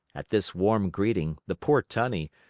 at this warm greeting, the poor tunny,